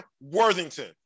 Worthington